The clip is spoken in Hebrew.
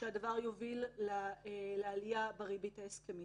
שהדבר יוביל לעלייה בריבית ההסכמית.